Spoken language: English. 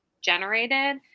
generated